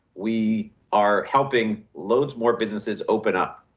we are helping loads more businesses open up.